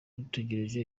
dutegereje